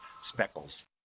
speckles